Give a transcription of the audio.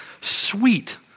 sweet